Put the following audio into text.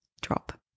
drop